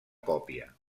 còpia